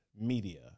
media